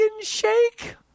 shake